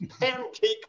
pancake